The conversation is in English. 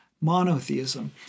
monotheism